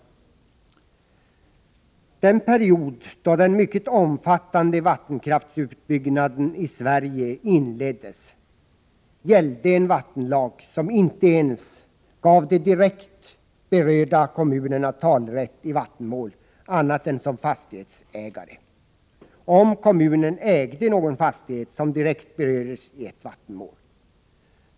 Under den period då den mycket omfattande vattenkraftsutbyggnaden i Sverige inleddes gällde en vattenlag som inte ens gav de direkt berörda kommunerna talerätt i vattenmål annat än som fastighetsägare, om kommunen ägde någon fastighet som direkt berördes i ett vattenmål.